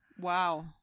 Wow